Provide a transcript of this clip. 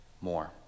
more